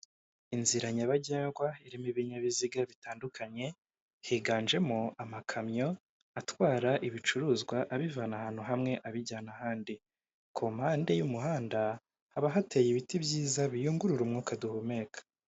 Inzira nyabagendwa irimo ibinyabiziga bitandukanye, higanjemo amakamyo atwara ibicuruzwa abivana ahantu hamwe abijyana ahandi, ku mpande y'umuhanda haba hateye ibiti byiza biyungurura umwuka duhumeka.